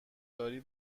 داری